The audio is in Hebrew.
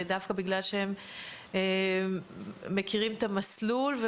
ודווקא בגלל שהם מכירים את המסלול.